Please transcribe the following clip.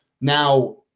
now